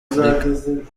afurika